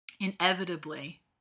inevitably